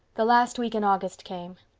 the last week in august came.